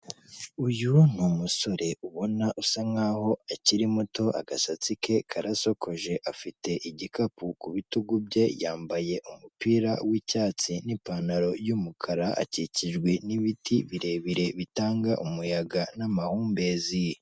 Uyu ni umusore ubona usa nkaho akiri muto agasatsi ke karasokoje, afite igikapu ku bitugu bye, yambaye umupira w'icyatsi n'ipantaro y'umukara, akikijwe n'ibiti birebire bitanga umuyaga n'amahumbezi.